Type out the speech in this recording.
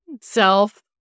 self